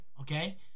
okay